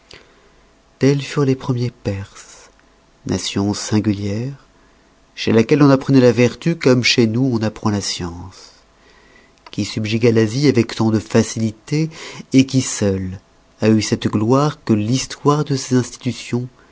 tels furent les premiers perses nation singulière chez laquelle on apprenoit la vertu comme chez nous on apprend la science qui subjugua l'asie avec tant de facilité qui seule a eu cette gloire que l'histoire de ses institutions